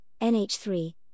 NH3